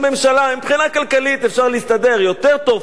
מבחינה כלכלית אפשר להסתדר יותר טוב, פחות טוב,